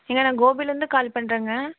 ஏங்க நான் கோபிலருந்து கால் பண்ணுறேங்க